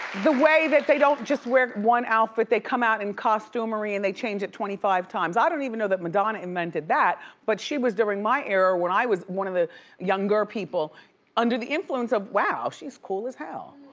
the way that they don't just wear one outfit, they come out in costume, ah and they change it twenty five times. i don't even know that madonna invented that, but she was during my era where i was one of the younger people under the influence of, wow, she's cool as hell.